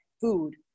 food